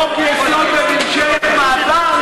חוק-יסוד בממשלת מעבר,